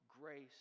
Grace